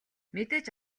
мэдээж